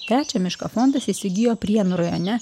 trečią miško fondas įsigijo prienų rajone